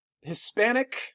Hispanic